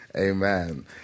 Amen